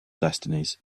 destinies